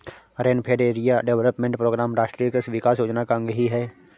rainfed area development programme राष्ट्रीय कृषि विकास योजना का अंग ही है